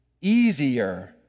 easier